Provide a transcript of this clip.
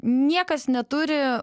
niekas neturi